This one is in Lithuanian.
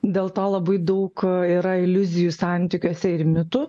dėl to labai daug yra iliuzijų santykiuose ir mitų